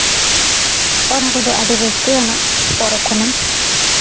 ᱚᱱᱟ ᱠᱚᱫᱚ ᱟᱹᱰᱤ ᱨᱟᱹᱥᱠᱟᱹ ᱟᱱᱟᱜ ᱯᱚᱨᱚᱵᱽ ᱠᱟᱱᱟ